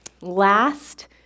Last